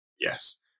Yes